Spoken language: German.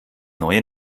neue